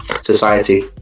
society